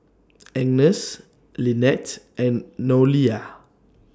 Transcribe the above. Agnes Linette and Noelia